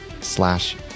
slash